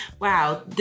wow